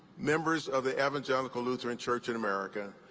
members of the evangelical lutheran church in america,